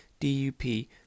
DUP